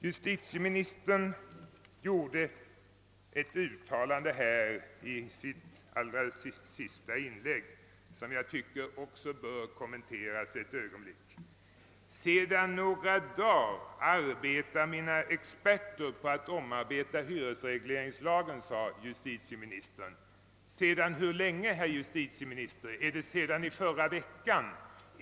Justitieministern gjorde i sitt senaste inlägg ett uttalande som jag också tycker något bör kommenteras. Justitieministern sade att hans experter sedan några dagar tillbaka varit sysselsatta med att omarbeta hyresregleringslagen. Sedan hur länge, herr justitieminister? Är det sedan förra veckan?